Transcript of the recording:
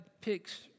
picks